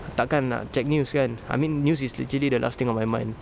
tak akan nak check news kan I mean news is legitly the last thing on my mind